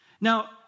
Now